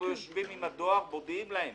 אנחנו יושבים עם הדואר ומודיעים להם